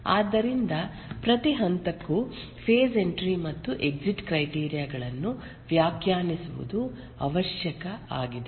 ಆದ್ದರಿಂದ ಪ್ರತಿ ಹಂತಕ್ಕೂ ಫೆಸ್ ಎಂಟ್ರಿ ಮತ್ತು ಎಕ್ಸಿಟ್ ಕ್ರೈಟೀರಿಯ ಗಳನ್ನು ವ್ಯಾಖ್ಯಾನಿಸುವುದು ಅವಶ್ಯಕ ಆಗಿದೆ